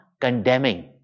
condemning